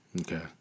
okay